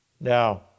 Now